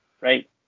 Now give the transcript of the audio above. Right